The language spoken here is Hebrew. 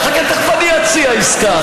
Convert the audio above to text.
אתה רוצה עסקה?